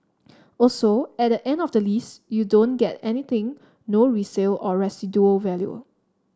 also at the end of the lease you don't get anything no resale or residual value